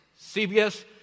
CBS